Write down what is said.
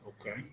Okay